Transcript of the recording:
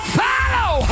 follow